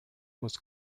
was